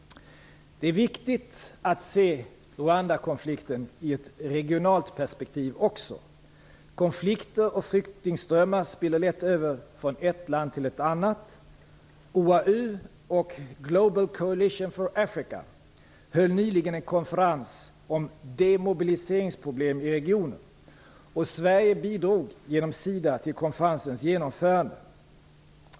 Det är viktigt att se Rwandakonflikten i ett regionalt perspektiv. Konflikter och flyktingströmmar spiller lätt över från ett land till ett annat. OAU och Global Coalition för Africa höll nyligen en konferens om demobiliseringsproblem i regionen, och Sverige bidrog genom SIDA till konferensens genomförande.